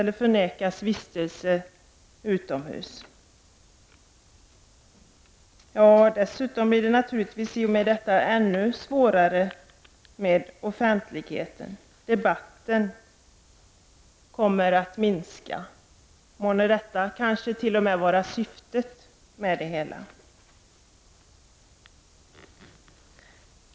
De förnekas utomhusvistelse osv. Om den nämnda paragrafen avskaffas blir det naturligtvis ännu svårare att få offentlighet kring djurförsök. Debatten kommer att minska. Är det måhända syftet med det hela?